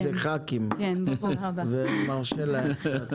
הם חברי כנסת ואני מרשה להם.